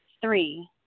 Three